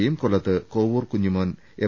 പിയും കൊല്ലത്ത് കോവൂർ കുഞ്ഞിമോൻ എം